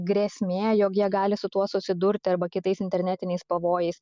grėsmė jog jie gali su tuo susidurti arba kitais internetiniais pavojais